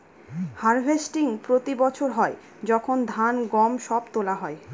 harvesting প্রতি বছর হয় যখন ধান, গম সব তোলা হয়